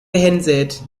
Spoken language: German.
gehänselt